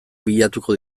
bilatuko